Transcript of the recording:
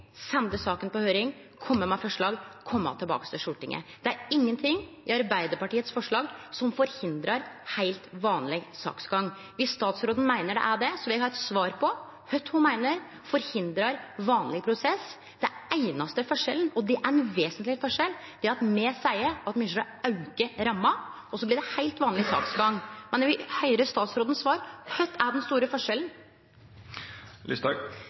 sende saka på høyring, kome med forslag og kome tilbake til Stortinget? Det er ingenting i forslaget frå Arbeidarpartiet som forhindrar heilt vanleg saksgang. Viss statsråden meiner det er det, vil eg ha eit svar på kva ho meiner forhindrar vanleg prosess. Den einaste forskjellen – og det er ein vesentleg forskjell – er at me seier at me ynskjer å auke ramma, og så blir det heilt vanleg saksgang. Men eg vil høyre svaret frå statsråden: Kva er den store